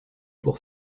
pour